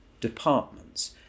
departments